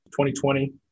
2020